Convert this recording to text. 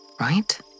Right